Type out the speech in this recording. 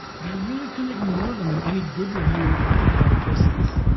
but i really couldn't ignore them in any good review of the upper part of perseus.